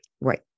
Right